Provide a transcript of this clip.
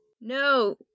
No